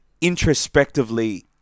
introspectively